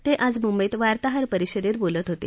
ते आज मुंबईत वार्ताहर परिषदेत बोलत होते